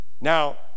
now